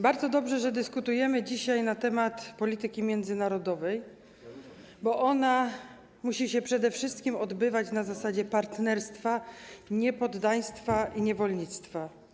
Bardzo dobrze, że dyskutujemy dzisiaj na temat polityki międzynarodowej, bo ona musi przede wszystkim być prowadzona na zasadzie partnerstwa, nie poddaństwa i niewolnictwa.